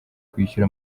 kwishyura